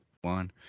one